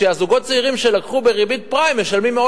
הזוגות צעירים שלקחו בריבית פריים משלמים מאות